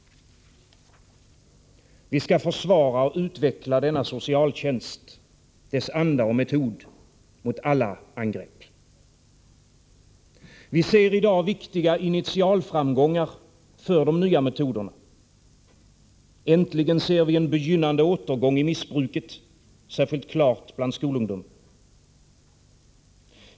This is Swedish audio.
Vi skall försvara och utveckla denna socialtjänst, dess anda och metod, mot alla angrepp. Vi ser i dag viktiga initialframgångar för de nya metoderna. Äntligen ser vi en begynnande återgång av missbruket, särskilt klart bland skolungdomen.